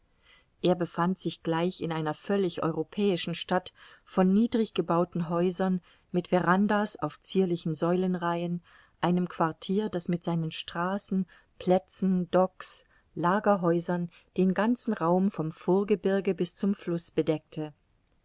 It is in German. er befand sich gleich in einer völlig europäischen stadt von niedrig gebauten häusern mit verandas auf zierlichen säulenreihen einem quartier das mit seinen straßen plätzen docks lagerhäusern den ganzen raum vom vorgebirge bis zum fluß bedeckte